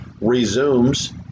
resumes